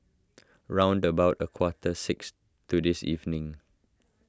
round about a quarter six to this evening